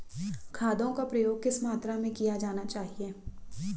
खादों का प्रयोग किस मात्रा में किया जाना चाहिए?